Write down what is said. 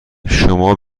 شما